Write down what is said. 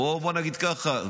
בוא נגיד ככה,